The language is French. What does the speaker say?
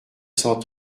cent